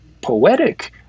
poetic